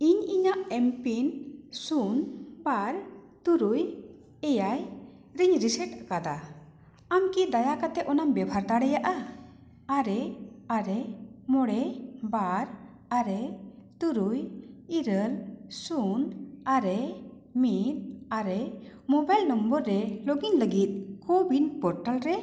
ᱤᱧ ᱤᱧᱟᱹᱜ M pin ᱥᱩᱱ ᱯᱟᱸᱪ ᱛᱩᱨᱩᱭ ᱮᱭᱟᱭ ᱨᱮᱧ ᱨᱤᱥᱮᱴ ᱠᱟᱫᱟ ᱟᱢ ᱠᱤ ᱫᱟᱭᱟ ᱠᱟᱛᱮᱫ ᱚᱱᱟᱢ ᱵᱮᱵᱷᱟᱨ ᱫᱟᱲᱮᱭᱟᱜᱼᱟ ᱟᱨᱮ ᱟᱨᱮ ᱢᱚᱬᱮ ᱵᱟᱨ ᱟᱨᱮ ᱛᱩᱨᱩᱭ ᱤᱨᱟᱹᱞ ᱥᱩᱱ ᱟᱨᱮ ᱢᱤᱫ ᱟᱨᱮ ᱢᱳᱵᱟᱭᱤᱞ ᱱᱚᱢᱵᱚᱨ ᱨᱮ ᱞᱚᱜᱽ ᱤᱱ ᱞᱟᱹᱜᱤᱫ ᱠᱳᱼᱩᱭᱤᱱ ᱯᱳᱨᱴᱟᱞ ᱨᱮ